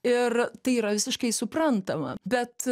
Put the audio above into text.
ir tai yra visiškai suprantama bet